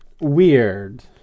weird